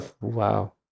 Wow